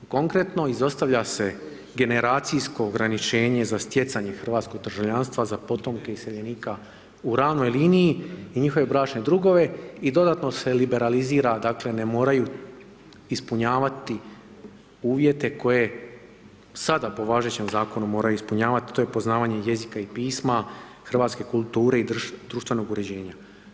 Konkretno, izostavlja se generacijsko ograničenje za stjecanje hrvatskog državljanstva za potomke iseljenika u ravnoj liniji i njihove bračne drugove i dodatno se liberalizira dakle ne moraju ispunjavati uvjeti koje sada po važećem zakonu moraju ispunjavati, to je poznavanje jezika i pisma, hrvatske kulture i društvenog uređenja.